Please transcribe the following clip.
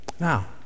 Now